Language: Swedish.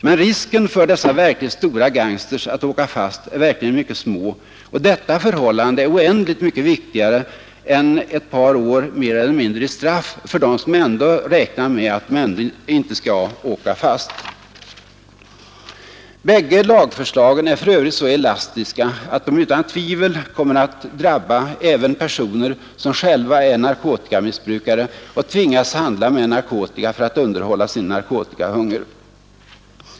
Men risken för dessa verkligt stora gangsters att åka fast är i praktiken mycket liten, och detta förhållande är oändligt mycket viktigare än ett par år mer eller mindre i straff för dem som ändå alltid räknar med att klara sig från straff. Bägge lagförslagen är för övrigt så elastiska att de utan tvivel kommer att drabba även personer som själva är narkotikamissbrukare och tvingas handla med narkotika för att få medel att tillfredsställa sin egen narkotikahunger.